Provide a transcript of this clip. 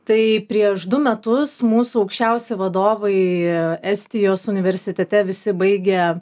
tai prieš du metus mūsų aukščiausi vadovai estijos universitete visi baigė